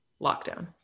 lockdown